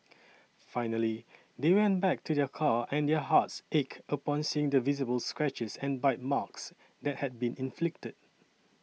finally they went back to their car and their hearts ached upon seeing the visible scratches and bite marks that had been inflicted